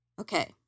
Okay